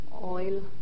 oil